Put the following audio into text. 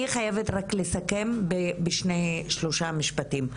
אני חייבת רק לסכם בשלושה משפטים.